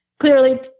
clearly